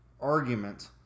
argument